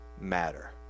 Matter